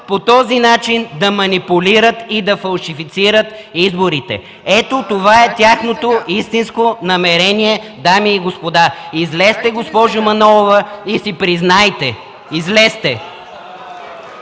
по този начин да манипулират и да фалшифицират изборите. Ето, това е тяхното истинско намерение, дами и господа! Излезте, госпожо Манолова, и си признайте. Излезте!